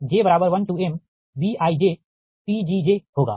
तो यह dPLossdPgi2j1mBijPgjहोगा